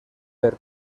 per